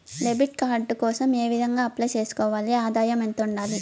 Debit card కోసం ఏ విధంగా అప్లై సేసుకోవాలి? ఆదాయం ఎంత ఉండాలి?